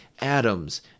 atoms